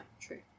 true